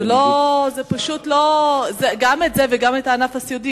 גם אותו וגם את ענף הסיעוד.